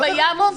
מה זה רלוונטיי?